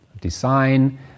design